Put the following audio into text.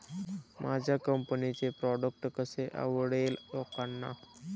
माझ्या कंपनीचे प्रॉडक्ट कसे आवडेल लोकांना?